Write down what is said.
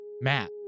Matt